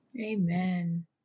Amen